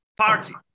party